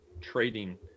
trading